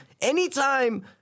anytime